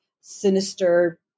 sinister